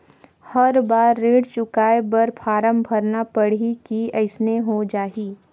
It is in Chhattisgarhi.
हर बार ऋण चुकाय बर फारम भरना पड़ही की अइसने हो जहीं?